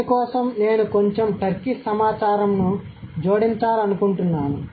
దీని కోసం నేను కొంచెం టర్కిష్ సమాచారంను జోడించాలనుకుంటున్నాను